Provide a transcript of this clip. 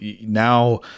now